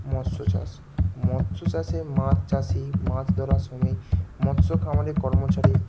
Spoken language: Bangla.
মৎস্য চাষ মৎস্য চাষে মাছ চাষি মাছ ধরা শ্রমিক মৎস্যকে আমাদের কর্মচারী